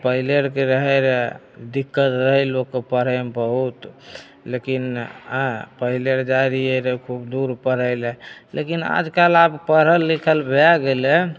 पहिलेरके रहै रऽ दिक्कत रहै लोककेँ पढ़ैमे बहुत लेकिन एँ पहिलेके जाइ रहियै रऽ खूब दूर पढ़ै लए लेकिन आजकाल आब पढ़ल लिखल भए गेलै